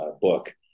book